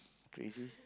crazy